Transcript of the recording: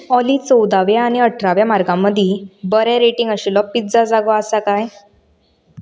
ऑली चवदाव्या आनी अठराव्या मार्गां मदीं बरें रेटींग आशिल्लो पिज्जा जागो आसा काय